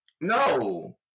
No